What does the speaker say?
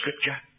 scripture